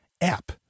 app